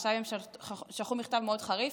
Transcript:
עכשיו הם שלחו מכתב מאוד חריף.